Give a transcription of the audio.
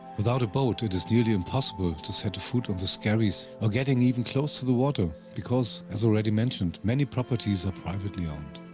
without a boat it is nearly impossible to set a foot on the skerries or getting even close to the water, because, as already mentioned, many properties are privately owned.